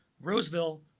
Roseville